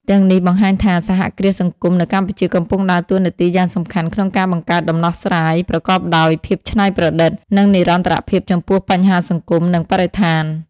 ទាំងនេះបង្ហាញថា សហគ្រាសសង្គមនៅកម្ពុជាកំពុងដើរតួនាទីយ៉ាងសំខាន់ក្នុងការបង្កើតដំណោះស្រាយប្រកបដោយភាពច្នៃប្រឌិត និងនិរន្តរភាពចំពោះបញ្ហាសង្គម និងបរិស្ថាន ។